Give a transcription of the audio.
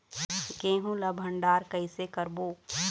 गेहूं ला भंडार कई से करबो?